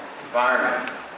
environment